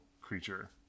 creature